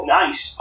nice